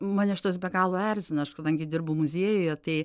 mane šitas be galo erzina aš kadangi dirbu muziejuje tai